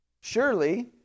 Surely